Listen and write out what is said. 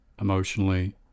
emotionally